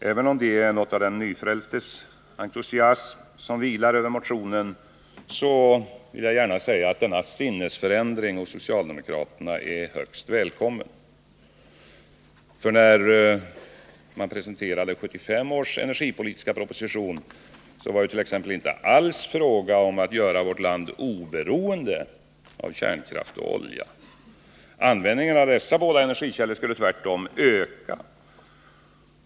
Även om det är något av den nyfrälstes entusiasm, som vilar över motionen, vill jag gärna säga att denna sinnesförändring hos socialdemokraterna är högst välkommen. När socialdemokraterna presenterade 1975 års energipolitiska proposition var det ju t.ex. inte alls fråga om att göra vårt land oberoende av kärnkraft och olja. Användningen av dessa båda energikällor skulle tvärtom öka.